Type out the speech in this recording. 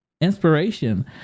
inspiration